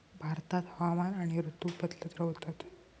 भारतात हवामान आणि ऋतू बदलत रव्हतत